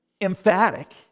emphatic